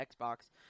Xbox